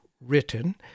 written